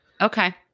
Okay